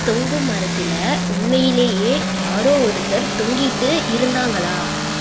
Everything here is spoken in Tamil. தொங்கும் மரத்தில் உண்மையிலேயே யாரோ ஒருத்தர் தொங்கிட்டு இருந்தாங்களா